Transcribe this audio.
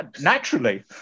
naturally